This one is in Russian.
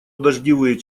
дождевые